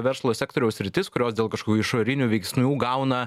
verslo sektoriaus sritis kurios dėl kažkokių išorinių veiksnių gauna